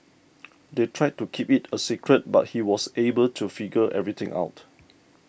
they tried to keep it a secret but he was able to figure everything out